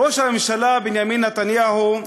ראש הממשלה בנימין נתניהו,